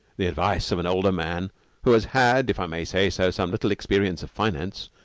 the advice of an older man who has had, if i may say so, some little experience of finance,